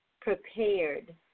Prepared